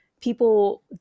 people